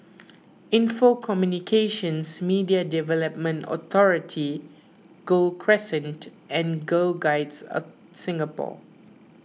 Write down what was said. Info Communications Media Development Authority Gul Crescent and Girl Guides a Singapore